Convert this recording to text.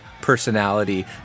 personality